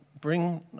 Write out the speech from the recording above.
bring